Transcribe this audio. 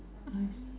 I see